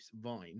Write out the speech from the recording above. Vine